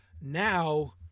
Now